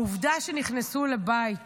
העובדה שנכנסו לבית